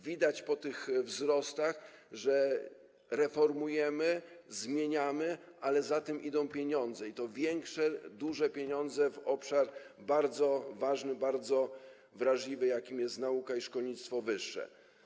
Widać po tych wzrostach, że reformujemy, zmieniamy, ale za tym idą pieniądze, i to większe, duże pieniądze, obszar bardzo ważny, bardzo wrażliwy, jakim jest nauka i szkolnictwo wyższe.